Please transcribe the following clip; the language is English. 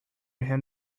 him